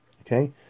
Okay